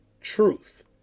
truth